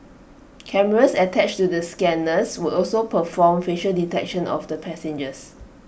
cameras attached to the scanners would also perform facial detection of passengers